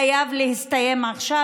חייב להסתיים עכשיו.